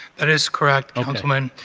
that is correct, ah councilman.